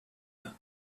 have